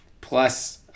plus